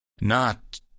Not